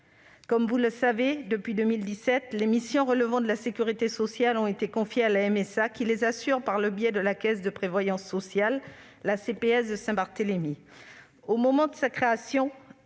Comme vous le savez, depuis 2017, les missions relevant de la sécurité sociale ont été confiées à la Mutualité sociale agricole, la MSA, qui les assure par le biais de la caisse de prévoyance sociale, la CPS, de Saint-Barthélemy.